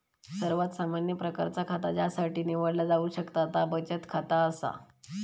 सर्वात सामान्य प्रकारचा खाता ज्यासाठी निवडला जाऊ शकता त्या बचत खाता असा